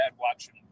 watching